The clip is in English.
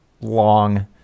long—